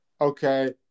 Okay